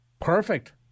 Perfect